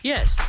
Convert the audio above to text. Yes